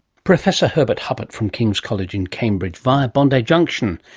professor herbert huppert from king's college, and cambridge via bondi junction.